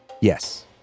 Yes